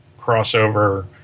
crossover